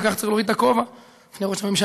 על כך צריך להוריד את הכובע בפני ראש הממשלה,